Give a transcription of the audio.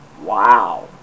Wow